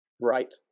Right